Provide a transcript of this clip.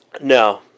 No